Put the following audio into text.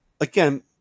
again